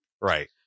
Right